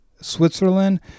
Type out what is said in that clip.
Switzerland